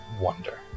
wonder